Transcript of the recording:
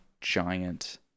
giant